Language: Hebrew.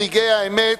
ברגעי האמת,